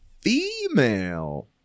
female